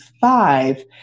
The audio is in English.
five